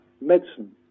medicine